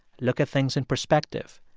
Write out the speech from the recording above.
look at things in perspective,